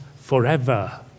forever